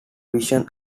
visions